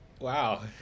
wow